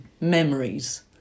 memories